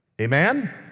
Amen